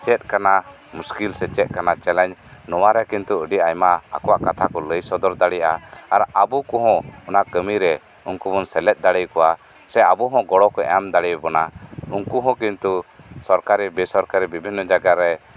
ᱪᱮᱫ ᱠᱟᱱᱟ ᱢᱩᱥᱠᱤᱞ ᱥᱮ ᱪᱮᱫ ᱠᱟᱱᱟ ᱪᱮᱞᱮᱧᱡᱽ ᱱᱚᱣᱟᱨᱮ ᱠᱤᱱᱛᱩ ᱟᱹᱰᱤ ᱟᱭᱢᱟ ᱟᱠᱚᱟᱜ ᱠᱟᱛᱷᱟ ᱠᱚ ᱞᱟᱹᱭ ᱥᱚᱫᱚᱨ ᱫᱟᱲᱮᱭᱟᱜᱼᱟ ᱟᱨ ᱟᱵᱚ ᱠᱚ ᱦᱚᱸ ᱩᱱᱠᱩ ᱠᱟᱹᱢᱤᱨᱮ ᱥᱮᱞᱮᱫ ᱫᱟᱲᱮ ᱟᱠᱚᱣᱟ ᱥᱮ ᱟᱵᱚ ᱦᱚᱸ ᱜᱚᱲᱚ ᱠᱚ ᱮᱢ ᱫᱟᱲᱮ ᱟᱵᱚᱱᱟ ᱩᱱᱠᱩ ᱦᱚᱸ ᱠᱤᱱᱛᱩ ᱥᱚᱨᱠᱟᱨᱤ ᱵᱮᱥᱚᱨᱠᱟᱨᱤ ᱵᱤᱵᱷᱤᱱᱱᱚ ᱡᱟᱭᱜᱟᱨᱮ